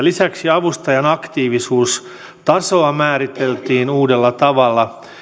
lisäksi avustajan aktiivisuustasoa määriteltiin uudella tavalla